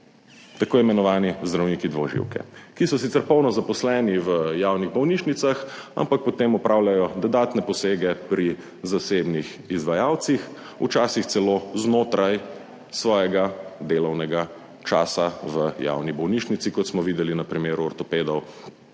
tako imenovani zdravniki dvoživke, ki so sicer polno zaposleni v javnih bolnišnicah, ampak potem opravljajo dodatne posege pri zasebnih izvajalcih, včasih celo znotraj svojega delovnega časa v javni bolnišnici, kot smo videli na primeru ortopedov